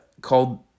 called